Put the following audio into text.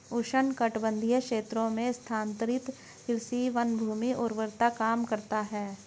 उष्णकटिबंधीय क्षेत्रों में स्थानांतरित कृषि वनभूमि उर्वरता कम करता है